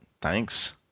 thanks